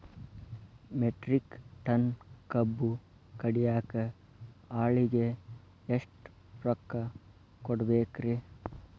Metric ton ಕಬ್ಬು ಕಡಿಯಾಕ ಆಳಿಗೆ ಎಷ್ಟ ರೊಕ್ಕ ಕೊಡಬೇಕ್ರೇ?